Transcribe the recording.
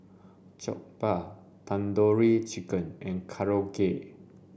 Jokbal Tandoori Chicken and Korokke